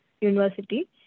university